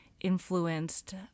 influenced